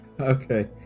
Okay